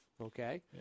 okay